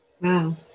wow